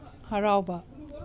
ꯍꯔꯥꯎꯕ